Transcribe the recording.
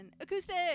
Acoustic